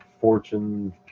fortune